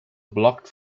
blocked